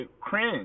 cringe